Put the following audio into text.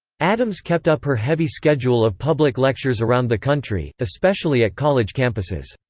addams kept up her heavy schedule of public lectures around the country, especially at college campuses.